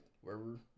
wherever